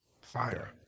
fire